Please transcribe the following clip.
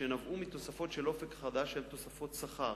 שנבעו מתוספות של "אופק חדש" שהן תוספות שכר,